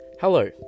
Hello